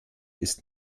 ist